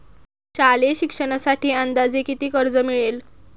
शालेय शिक्षणासाठी अंदाजे किती कर्ज मिळेल?